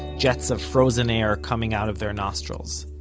jets of frozen air coming out of their nostrils.